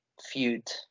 feud